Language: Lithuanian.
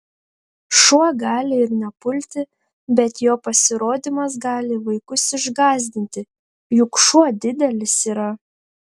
šuo gali ir nepulti bet jo pasirodymas gali vaikus išgąsdinti juk šuo didelis yra